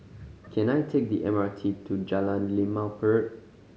can I take the M R T to Jalan Limau Purut